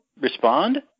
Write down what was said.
respond